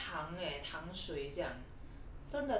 我现在喝糖 eh 糖水这样